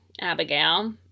Abigail